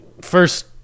first